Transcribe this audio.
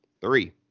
three